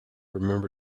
remember